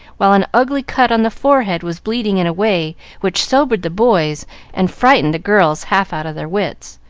while an ugly cut on the forehead was bleeding in a way which sobered the boys and frightened the girls half out of their wits.